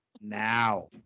now